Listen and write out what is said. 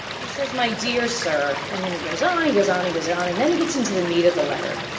he says my dear sir, and then he goes on, he goes on, he goes on, and then he gets into the meat of the letter.